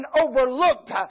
overlooked